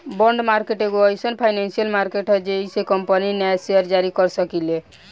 bond market एगो एईसन financial market ह जेइसे कंपनी न्या सेयर जारी कर सकेली